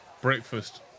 breakfast